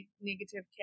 negative